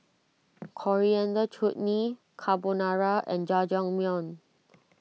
Coriander Chutney Carbonara and Jajangmyeon